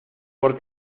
por